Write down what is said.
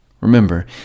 Remember